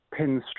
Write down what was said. pinstripe